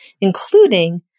including